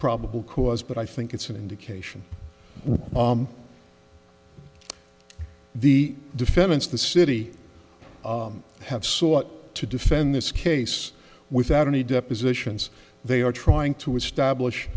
probable cause but i think it's an indication the defendants the city have sought to defend this case without any depositions they are trying to establish